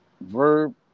Verb